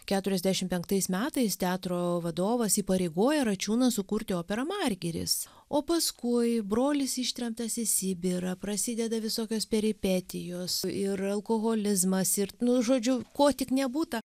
keturiasdešim penktais metais teatro vadovas įpareigoja račiūną sukurti operą margiris o paskui brolis ištremtas į sibirą prasideda visokios peripetijos ir alkoholizmas ir nu žodžiu ko tik nebūta